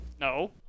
No